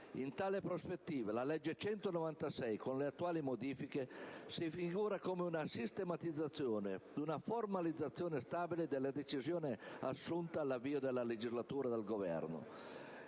In tale prospettiva, la legge n. 196, con le attuali modifiche, si figura come una sistematizzazione ed una formalizzazione stabile delle decisioni assunte all'avvio della legislatura dal Governo